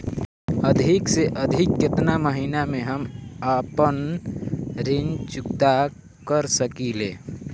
अधिक से अधिक केतना महीना में हम आपन ऋण चुकता कर सकी ले?